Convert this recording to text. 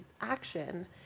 action